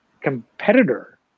competitor